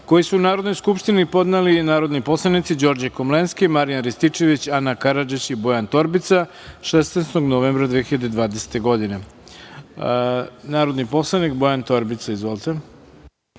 koji su Narodnoj skupštini podneli narodni poslanici Đorđe Komlenski, Marijan Rističević, Ana Karadžić i Bojan Torbica 16. novembra 2020. godine. Narodni poslanik Bojan Torbica. Izvolite.